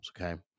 okay